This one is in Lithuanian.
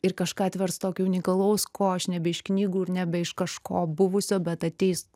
ir kažką atvers tokio unikalaus ko aš nebe iš knygų ir nebe iš kažko buvusio bet ateis